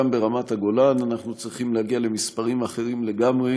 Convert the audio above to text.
שגם ברמת הגולן אנחנו צריכים להגיע למספרים אחרים לגמרי